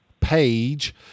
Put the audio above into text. page